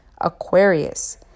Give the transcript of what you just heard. Aquarius